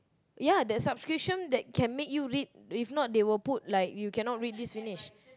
ya the subscription that can make you read if not they would put like you cannot read this finish